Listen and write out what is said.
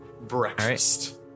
Breakfast